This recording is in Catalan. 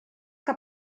que